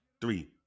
three